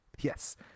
yes